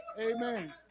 Amen